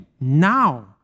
now